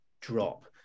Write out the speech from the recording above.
drop